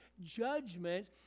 Judgment